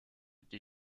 die